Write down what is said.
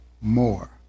more